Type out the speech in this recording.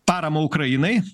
parama ukrainai